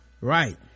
Right